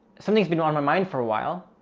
something's been on my mind for awhile.